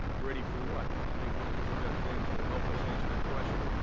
ready for what? i think looking through that lens will help us answer that question.